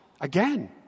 again